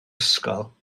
ysgol